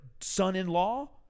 son-in-law